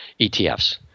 ETFs